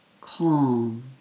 Calm